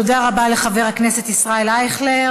תודה רבה לחבר הכנסת ישראל אייכלר.